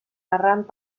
errant